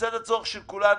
לצד הצורך של כולנו,